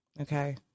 okay